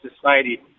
society